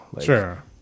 sure